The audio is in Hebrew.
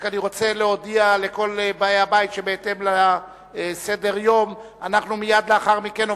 אני רק רוצה להודיע לכל באי הבית שבהתאם לסדר-היום מייד לאחר מכן אנחנו